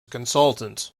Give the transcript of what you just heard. consultant